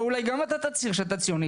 בואו אולי גם אתה תצהיר שאתה ציוני.